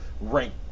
rank